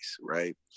right